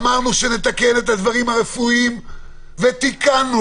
אמרנו שנתקן את הדברים הרפואיים ותיקנו.